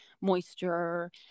moisture